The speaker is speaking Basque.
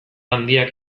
handiak